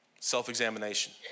self-examination